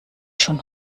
schon